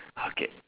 okay